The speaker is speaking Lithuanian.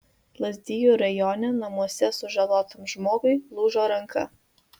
lazdijų rajone namuose sužalotam žmogui lūžo ranka